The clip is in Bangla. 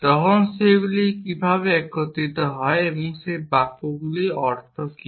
তখন সেগুলি কীভাবে একত্রিত হয় সেই বাক্যগুলির অর্থ কী